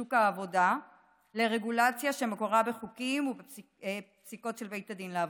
שוק העבודה ברגולציה שמקורה בחוקים ובפסיקות של בית הדין לעבודה.